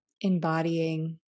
embodying